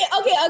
okay